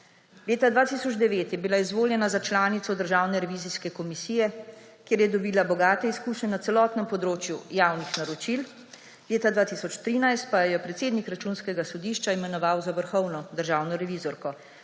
Leta 2009 je bila izvoljena za članico Državne revizijske komisije, kjer je dobila bogate izkušnje na celotnem področju javnih naročil. Leta 2013 pa jo je predsednik Računskega sodišča imenoval za vrhovno državno revizorko